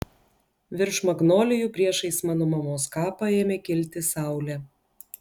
virš magnolijų priešais mano mamos kapą ėmė kilti saulė